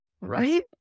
right